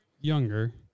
younger